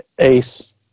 Ace